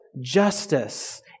justice